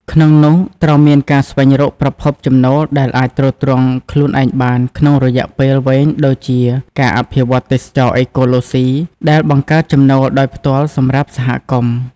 ក្នុងនោះ ត្រូវមានការស្វែងរកប្រភពចំណូលដែលអាចទ្រទ្រង់ខ្លួនឯងបានក្នុងរយៈពេលវែងដូចជាការអភិវឌ្ឍទេសចរណ៍អេកូឡូស៊ី ដែលបង្កើតចំណូលដោយផ្ទាល់សម្រាប់សហគមន៍។